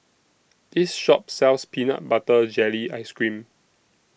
This Shop sells Peanut Butter Jelly Ice Cream